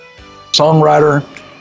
songwriter